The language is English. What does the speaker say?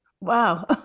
Wow